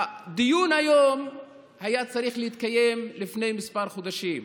הדיון היום היה צריך להתקיים לפני כמה חודשים.